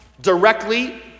directly